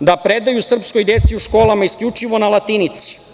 da predaju srpskoj deci u školama isključivo na latinici.